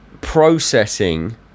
processing